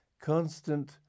constant